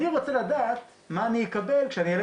אני רוצה לדעת מה אני אקבל כשאני אעלה